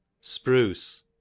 Spruce